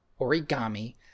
origami